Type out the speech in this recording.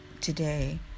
Today